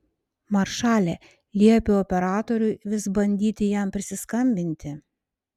maršale liepiau operatoriui vis bandyti jam prisiskambinti